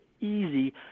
easy